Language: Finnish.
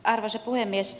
arvoisa puhemies